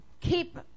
keep